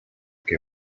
que